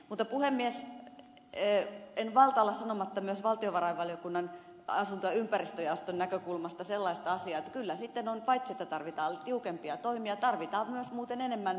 mutta puhemies en malta olla sanomatta myös valtiovarainvaliokunnan asunto ja ympäristöjaoston näkökulmasta sellaista asiaa että paitsi että tarvitaan tiukempia toimia tarvitaan myös muuten enemmän määrärahoja